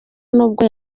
nubwo